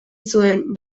zuen